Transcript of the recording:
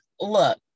look